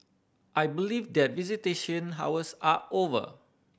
I believe that visitation hours are over